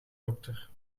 dokter